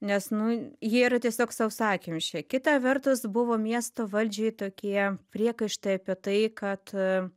nes nu jie yra tiesiog sausakimši kita vertus buvo miesto valdžiai tokie priekaištai apie tai kad